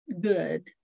good